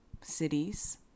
cities